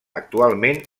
actualment